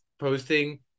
posting